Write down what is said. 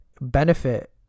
benefit